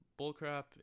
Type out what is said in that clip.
bullcrap